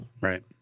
Right